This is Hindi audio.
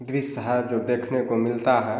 दृश्य है जो देखने को मिलता है